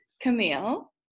Camille